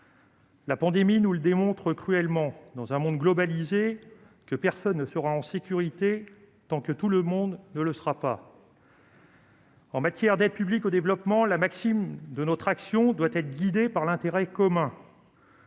La pandémie nous montre cruellement que, dans ce monde globalisé, personne ne sera en sécurité tant que tout le monde ne le sera pas collectivement. En matière d'aide publique au développement, la maxime de notre action doit être l'intérêt commun.